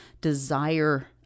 desire